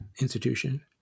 institution